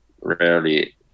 rarely